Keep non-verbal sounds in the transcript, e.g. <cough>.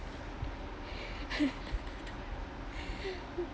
<laughs>